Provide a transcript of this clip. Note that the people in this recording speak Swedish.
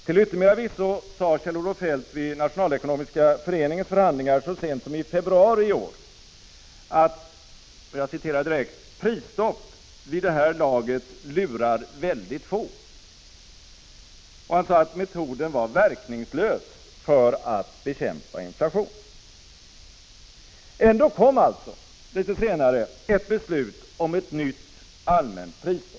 Till yttermera visso sade Kjell-Olof Feldt vid Nationalekonomiska föreningens förhandlingar så sent som i februari i år att ”prisstopp vid det här laget lurar väldigt få” och att metoden var verkningslös för att bekämpa inflation. Ändå kom alltså litet senare ett beslut om ett nytt allmänt prisstopp.